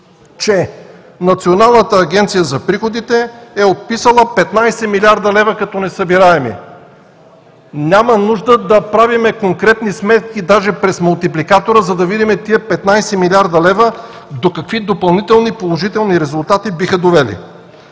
че Националната агенция за приходите е отписала 15 млрд. лв. като несъбираеми. Няма нужда да правим конкретни сметки, даже през мултипликатора, за да видим тези 15 млрд. лв. до какви допълнителни положителни резултати биха довели.